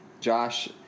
Josh